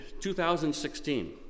2016